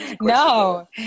No